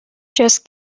just